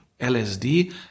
LSD